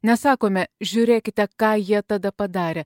nesakome žiūrėkite ką jie tada padarė